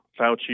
Fauci